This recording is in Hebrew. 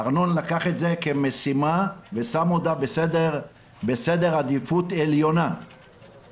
ארנון לקח את זה כמשימה ושם אותה בסדר עדיפות עליונה,